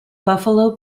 buffalo